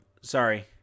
Sorry